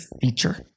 feature